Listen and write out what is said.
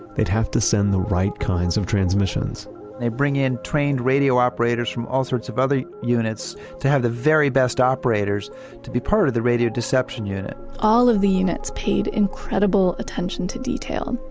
they'd have to send the right kinds of transmissions they bring in trained radio operators from all sorts of other units to have the very best operators to be part of the radio deception unit all of the units paid incredible attention to detail,